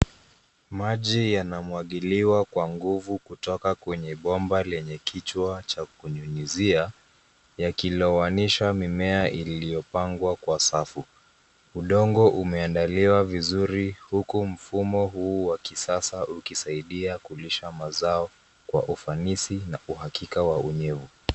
Maji yanamwagiliwa kwa nguvu kutoka kwenye bomba lenye kichwa cha kunyunyizia yakilowanisha mimea iliyopangwa kwa safu. Udongo umeandaliwa vizuri huku mfumo huu wa kisasa ukisaidia kulisha mazao kwa ufanisi na uhakika wa unyevu.